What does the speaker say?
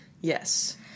Yes